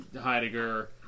Heidegger